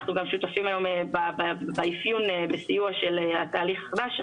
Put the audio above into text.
אנחנו שותפים היום גם באפיון וסיוע בתהליך החדש.